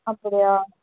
அப்படியா